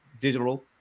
digital